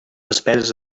despeses